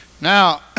Now